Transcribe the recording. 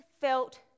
felt